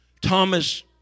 Thomas